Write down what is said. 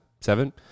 Seven